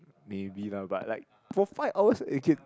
maybe lah but like for five hours eh